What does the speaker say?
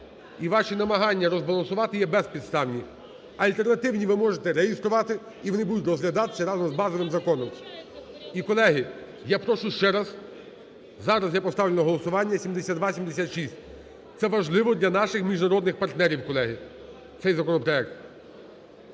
ваші намагання розбалансувати є безпідставні. Альтернативні ви можете реєструвати, і вони будуть розглядатися разом з базовим законом. І, колеги, я прошу ще раз, зараз я поставлю на голосування 7276. Це важливо для наших міжнародних партнерів, колеги, цей законопроект.